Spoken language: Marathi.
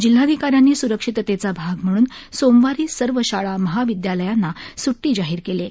जिल्हाधिकाऱ्यांनी स्रक्षिततेचा भाग म्हणून सोमवारी सर्व शाळा महाविद्यालयांना स्टी जाहीर केली आहे